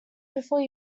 before